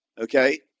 okay